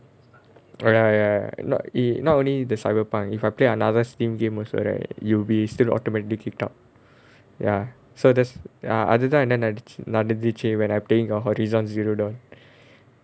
ah ya ya not e~ not only the cyber punk if I play another Steam game also right you be still automatically kicked out ya so that's ya அது தான் என்ன நடந்~ நடந்துச்சு:adhu thaan enna nadan~ nadanthuchchu when I'm playing a horizon zero dawn